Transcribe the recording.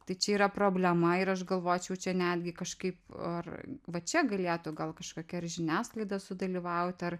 tai čia yra problema ir aš galvočiau čia netgi kažkaip ar va čia galėtų gal kažkokia ar žiniasklaida sudalyvauti ar